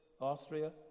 Austria